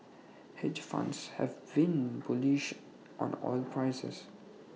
hedge funds have been bullish on oil prices